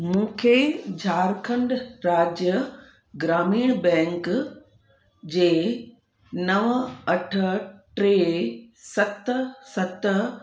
मूंखे झारखंड राज्य ग्रामीण बैंक जे नव अठ टे सत सत